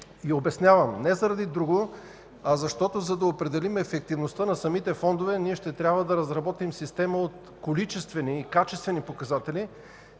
И обяснявам – не заради друго, а защото, за да определим ефективността на самите фондове, ще трябва да разработим система от количествени и качествени показатели,